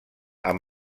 amb